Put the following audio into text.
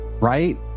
Right